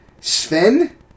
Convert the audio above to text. Sven